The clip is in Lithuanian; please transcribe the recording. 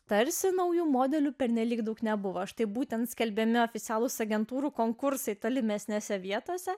tarsi naujų modelių pernelyg daug nebuvo štai būtent skelbiami oficialūs agentūrų konkursai tolimesnėse vietose